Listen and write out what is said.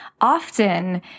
often